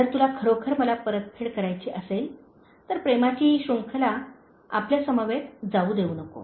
जर तुला खरोखर मला परतफेड करायची असेल तर प्रेमाची ही श्रृंखला आपल्यासमवेत जाऊ देऊ नको